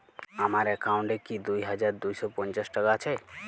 আমার অ্যাকাউন্ট এ কি দুই হাজার দুই শ পঞ্চাশ টাকা আছে?